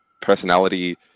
personality